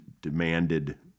demanded